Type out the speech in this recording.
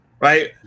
Right